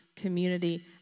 community